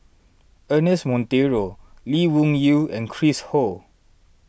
Ernest Monteiro Lee Wung Yew and Chris Ho